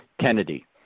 Kennedy